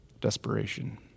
Desperation